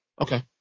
Okay